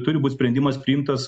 turi būt sprendimas priimtas